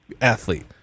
athlete